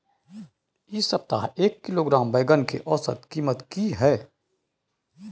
इ सप्ताह एक किलोग्राम बैंगन के औसत कीमत की हय?